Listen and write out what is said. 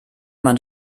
man